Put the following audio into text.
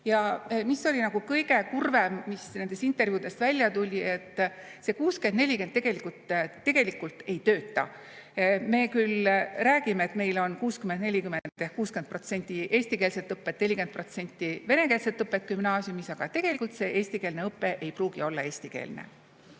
Ja mis oli nagu kõige kurvem, mis nendest intervjuudest välja tuli, oli see, et see 60 : 40 tegelikult ei tööta. Me küll räägime, et meil on 60 : 40 ehk 60% eestikeelset õpet, 40% venekeelset õpet gümnaasiumis, aga tegelikult see eestikeelne õpe ei pruugi olla eestikeelne.